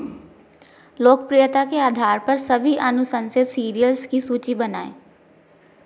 लोकप्रियता के आधार पर सभी अनुशंसित सीरियल्स की सूची बनाएँ